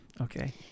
Okay